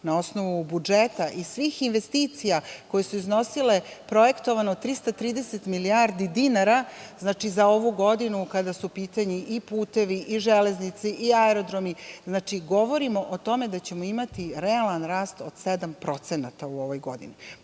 na osnovu budžeta i svih investicija koje su iznosile projektovano 330 milijardi dinara, znači za ovu godinu, kada su u pitanju putevi, železnice i aerodromi. Znači, govorimo o tome da ćemo imati realan rast od 7% u ovoj godini. To